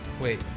Wait